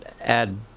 add